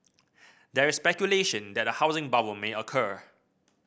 there is speculation that a housing bubble may occur